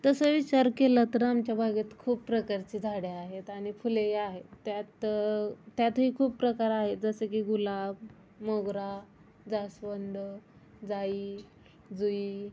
तसं विचार केला तर आमच्या बागेत खूप प्रकारचे झाडे आहेत आणि फुलेही आहेत त्यात त्यातही खूप प्रकार आहेत जसं की गुलाब मोगरा जास्वंद जाई जुई